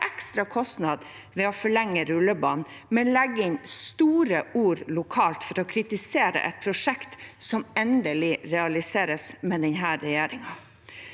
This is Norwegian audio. ekstra kostnad ved å forlenge rullebanen, men legger inn store ord lokalt for å kritisere et prosjekt som endelig realiseres med denne regjeringen.